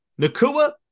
Nakua